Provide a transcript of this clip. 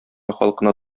халкына